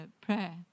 prayer